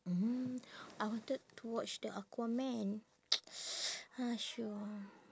mm I wanted to watch the aquaman !hais!